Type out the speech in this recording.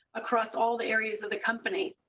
across all the areas of the company.